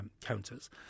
counters